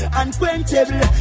unquenchable